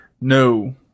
No